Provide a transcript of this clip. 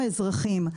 האזרחים,